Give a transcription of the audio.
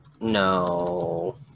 No